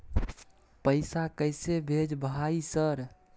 पैसा कैसे भेज भाई सर?